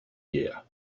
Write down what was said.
year